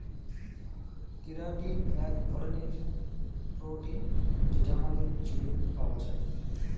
keratin এক ধরনের protein যেটা আমাদের চুলে পাওয়া যায়